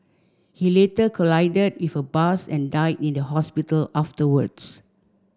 he later collided with a bus and died in the hospital afterwards